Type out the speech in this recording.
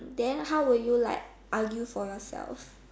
then how will you like argue for yourself